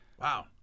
Wow